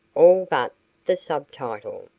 all but the subtitle,